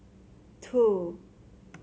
two